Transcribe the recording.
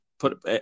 put